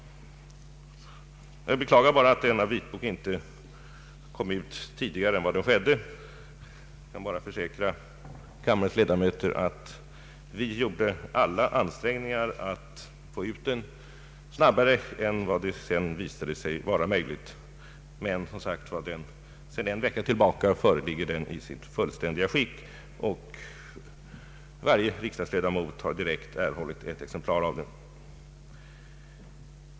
Jag beklagar bara att denna vitbok inte kom ut tidigare än som skedde. Jag kan försäkra kammarens ledamöter att vi gjorde alla ansträngningar att få ut den snabbare än som visade sig vara möjligt. Men sedan en vecka föreligger den i sitt fullständiga skick och varje riksdagsledamot har erhållit ett exemplar av den.